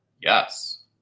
Yes